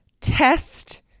test